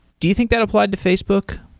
do you think that applied to facebook?